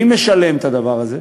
מי משלם את הדבר הזה?